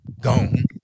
Gone